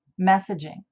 messaging